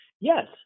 Yes